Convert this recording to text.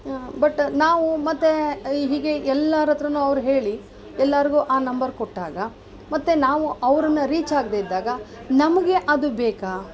but ನಾವು ಮತ್ತೆ ಹೀಗೆ ಎಲ್ಲರ ಹತ್ರನು ಅವ್ರು ಹೇಳಿ ಎಲ್ಲರ್ಗು ಆ ನಂಬರ್ ಕೊಟ್ಟಾಗ ಮತ್ತೆ ನಾವು ಅವರನ್ನ ರೀಚ್ ಆಗದೆ ಇದ್ದಾಗ ನಮಗೆ ಅದು ಬೇಕಾ